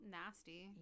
nasty